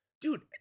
Dude